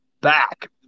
back